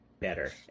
better